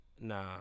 Nah